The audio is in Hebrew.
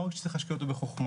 לא רק שצריך להשקיע אותו בחוכמה,